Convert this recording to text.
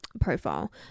profile